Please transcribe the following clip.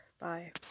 Bye